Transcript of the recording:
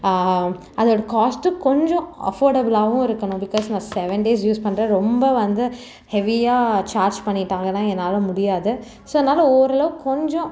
அதோட காஸ்ட் கொஞ்சம் அஃபோர்டபுலாகவும் இருக்கணும் பிகாஸ் நான் செவன் டேஸ் யூஸ் பண்ணுறேன் ரொம்ப வந்து ஹெவியாக சார்ஜ் பண்ணிவிட்டாங்கனா என்னால் முடியாது ஸோ இருந்தாலும் ஓரளவுக்கு கொஞ்சம்